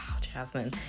Jasmine